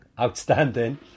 Outstanding